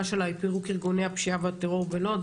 שלה היא "פירוק ארגוני הפשיעה והטרור בלוד״.